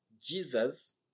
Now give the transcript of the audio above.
Jesus